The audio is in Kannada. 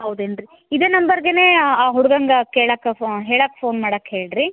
ಹೌದೇನು ರೀ ಇದೆ ನಂಬರ್ಗೆನೇ ಆ ಹುಡ್ಗಂದು ಕೇಳೋಕೆ ಫೋ ಹೇಳೋಕೆ ಫೋನ್ ಮಾಡೋಕೆ ಹೇಳಿರಿ